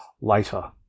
later